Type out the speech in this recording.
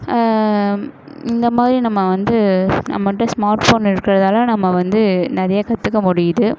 இந்த மாதிரி நம்ம வந்து நம்மள்கிட்ட ஸ்மார்ட் ஃபோன் இருக்கிறதால நம்ம வந்து நிறையா கற்றுக்கமுடியுது